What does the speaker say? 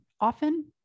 often